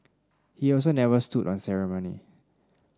he also never stood on ceremony